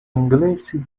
inglesi